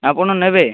ଆପଣ ନେବେ